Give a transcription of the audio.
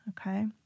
okay